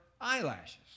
eyelashes